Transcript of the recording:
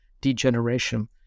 degeneration